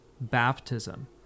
baptism